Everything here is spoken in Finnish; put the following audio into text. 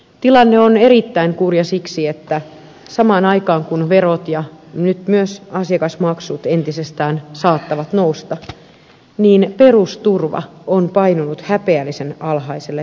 tilanne on erittäin kurja siksi että samaan aikaan kun verot ja nyt myös asiakasmaksut entisestään saattavat nousta perusturva on painunut häpeällisen alhaiselle tasolle